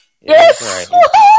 Yes